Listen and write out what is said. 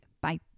Bye